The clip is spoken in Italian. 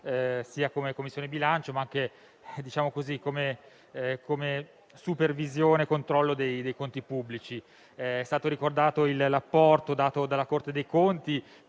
sia come Commissione bilancio, sia anche per la supervisione e il controllo dei conti pubblici. È stato ricordato l'apporto dato dalla Corte dei conti,